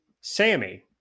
Sammy